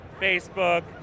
Facebook